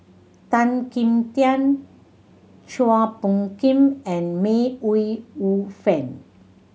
Tan Kim Tian Chua Phung Kim and May Ooi Yu Fen